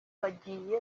bagiye